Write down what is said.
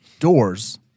Doors